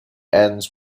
ends